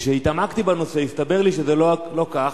וכשהתעמקתי בנושא הבנתי שזה לא כך,